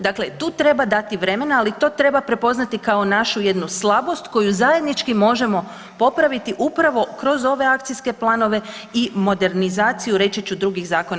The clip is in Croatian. Dakle tu treba dati vremena, ali to treba prepoznati kao našu jednu slabost koju zajednički možemo popraviti upravo kroz ove akcijske planove i modernizaciju, reći ću, drugih zakona.